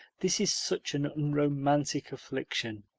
this is such an unromantic affliction.